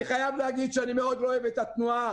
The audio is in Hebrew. אני חייב להגיד שאני מאוד לא אוהב את התנועה